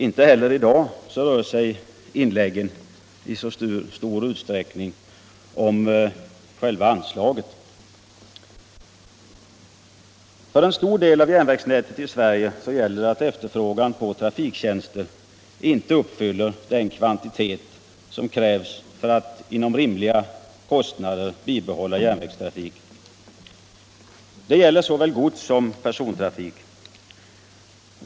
Inte heller i dag rör sig inläggen i debatten i så stor utsträckning om själva anslaget. För en stor del av järnvägsnätet i Sverige gäller att efterfrågan på trafiktjänster inte uppgår till den kvantitet som krävs för att man med rimliga kostnader skall kunna bibehålla järnvägstrafiken. Det gäller såväl godssom persontrafik.